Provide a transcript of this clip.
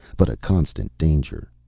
but a constant danger.